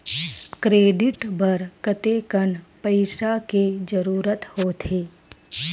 Credit बर कतेकन पईसा के जरूरत होथे?